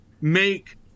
make